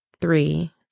three